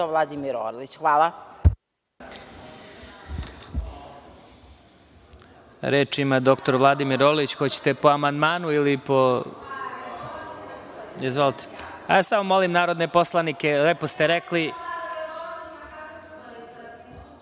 Vladimir Orlić. Hvala.